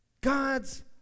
God's